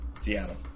Seattle